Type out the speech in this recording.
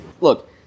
Look